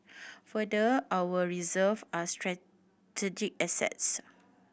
further our reserve are strategic assets